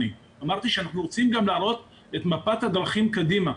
אמרתי שאנחנו רוצים להראות את מפת הדרכים קדימה.